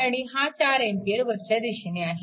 आणि हा 4A वरच्या दिशेने आहे